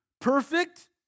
perfect